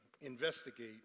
investigate